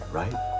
right